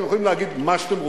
אתם יכולים להגיד מה שאתם רוצים,